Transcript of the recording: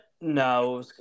no